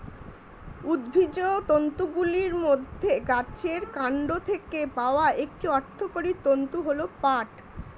উদ্ভিজ্জ তন্তুগুলির মধ্যে গাছের কান্ড থেকে পাওয়া একটি অর্থকরী তন্তু হল পাট